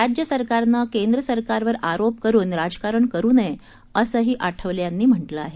राज्य सरकारनं केंद्र सरकारवर आरोप करून राजकारण करू नये असंही आठवले यांनी म्हटलं आहे